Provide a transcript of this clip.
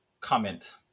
comment